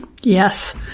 Yes